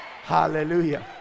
Hallelujah